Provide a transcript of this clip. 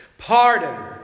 Pardon